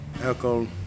alcohol